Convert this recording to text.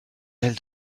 elle